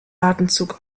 atemzug